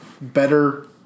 better